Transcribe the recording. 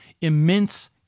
immense